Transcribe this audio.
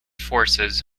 forces